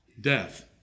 Death